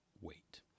wait